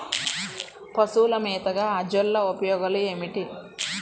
పశువుల మేతగా అజొల్ల ఉపయోగాలు ఏమిటి?